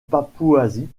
papouasie